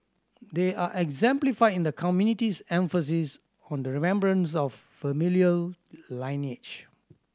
they are exemplified in the community's emphasis on the remembrance of familial lineage